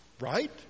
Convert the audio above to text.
Right